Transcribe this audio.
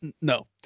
No